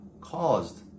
caused